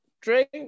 Drink